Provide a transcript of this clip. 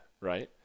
right